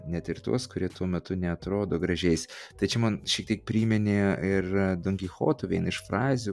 net ir tuos kurie tuo metu neatrodo gražiais tai čia man šiek tiek priminė ir donkichoto vieną iš frazių